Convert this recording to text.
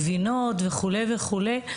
גבינות וכו' וכו'?